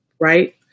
Right